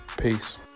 Peace